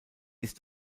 ist